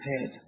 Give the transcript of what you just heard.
head